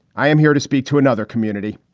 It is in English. i am here to speak to another community,